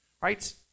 right